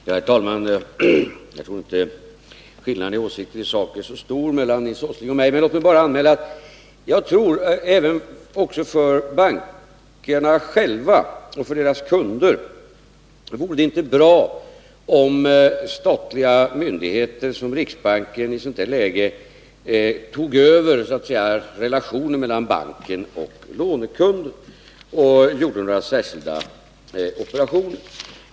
Herr talman! Jag tror inte att skillnaden i åsikt är så stor mellan Nils Åsling och mig. Låt mig bara anmäla att jag tror att det inte vore bra — inte heller för bankerna själva och deras kunder — om statliga myndigheter som riksbanken i ett sådant här läge tog över relationen mellan banken och lånekunden och gjorde några särskilda operationer.